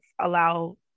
allow